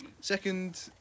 second